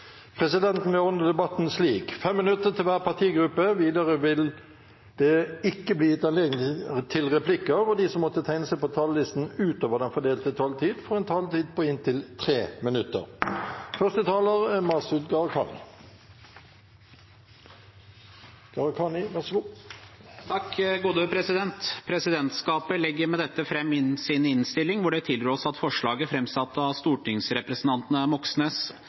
Presidenten vil ordne debatten slik: 5 minutter til hver partigruppe. Videre vil det ikke bli gitt anledning til replikker, og de som måtte tegne seg på talerlisten utover den fordelte taletid, får en taletid på inntil 3 minutter. Presidentskapet legger med dette fram sin innstilling, hvor det tilrås at forslaget framsatt av stortingsrepresentantene Moxnes,